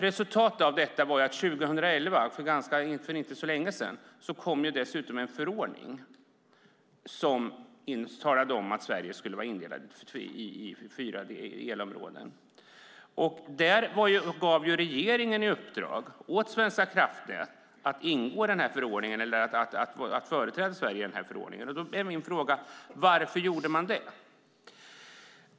Resultatet blev den förordning som kom i år och som talade om att Sverige skulle vara indelat i fyra elområden. Regeringen gav Svenska kraftnät i uppdrag att företräda Sverige i denna förordning. Varför gjorde man det?